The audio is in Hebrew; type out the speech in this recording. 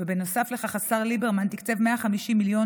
ובנוסף לכך השר ליברמן תקצב 150 מיליון